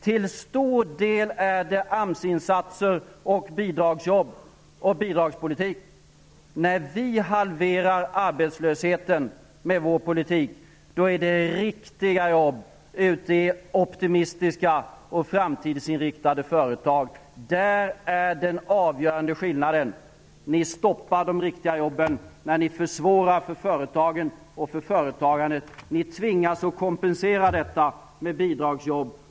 Till stor del är det fråga om När vi halverar arbetslösheten med vår politik är det fråga om riktiga jobb i optimistiska och framtidsinriktade företag. Detta är den avgörande skillnaden. Ni stoppar de riktiga jobben när ni försvårar för företagen och för företagandet. Ni tvingas kompensera detta med bidragsjobb.